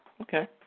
Okay